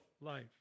life